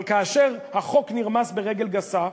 אבל כאשר החוק נרמס ברגל גסה,